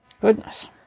Goodness